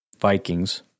Vikings